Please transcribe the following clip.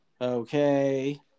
Okay